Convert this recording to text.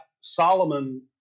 Solomon